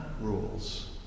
rules